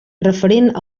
referent